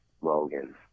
Logan